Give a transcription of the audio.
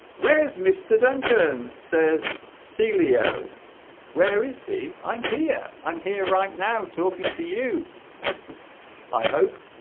where's mr. duncan says sealeo where is he i'm here i'm here right now talking to you i hope